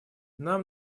нам